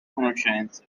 conoscenze